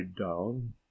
down